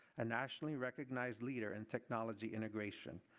a nationally recognized leader in technology innovation.